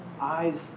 eyes